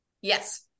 Yes